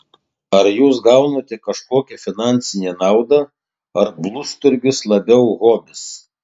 ar jūs gaunate kažkokią finansinę naudą ar blusturgis labiau hobis